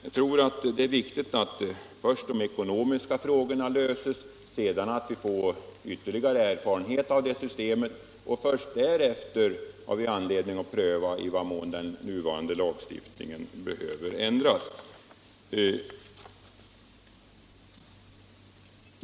Jag tror att det är viktigt att först de ekonomiska frågorna löses och att vi sedan får ytterligare erfarenhet av systemet. Först därefter har vi anledning att pröva i vad mån den nuvarande lagstiftningen behöver ändras.